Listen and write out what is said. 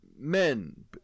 Men